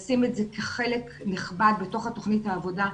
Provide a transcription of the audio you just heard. לשים את זה כחלק נכבד בתוך תוכנית העבודה.